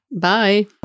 Bye